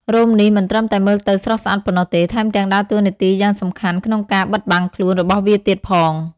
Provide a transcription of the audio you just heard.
រោមនេះមិនត្រឹមតែមើលទៅស្រស់ស្អាតប៉ុណ្ណោះទេ ថែមទាំងដើរតួនាទីយ៉ាងសំខាន់ក្នុងការ បិទបាំងខ្លួន របស់វាទៀតផង។